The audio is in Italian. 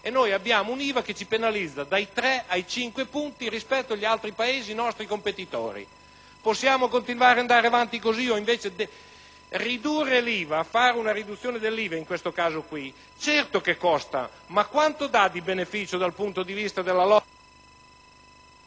e noi abbiamo un'IVA che ci penalizza dai 3 ai 5 punti rispetto agli altri Paesi nostri competitori. Possiamo continuare ad andare avanti così? Ridurre l'IVA in questo caso certamente costa, ma quanto dà di beneficio dal punto di vista della lotta